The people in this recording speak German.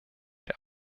der